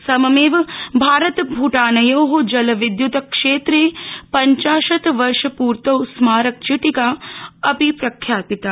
सममेव भारत भूटानयो जलविद्य्त क्षेत्रे पञ्चाशत् वर्षपूर्तो स्मारक चिटिका अपि प्रख्यपिता